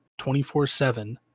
24-7